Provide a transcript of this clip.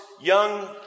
young